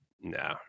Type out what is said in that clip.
No